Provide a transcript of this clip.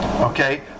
Okay